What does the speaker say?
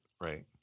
right